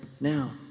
now